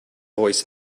voice